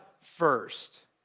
first